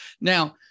Now